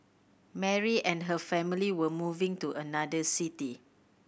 Mary and her family were moving to another city